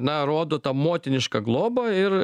na rodo tą motinišką globą ir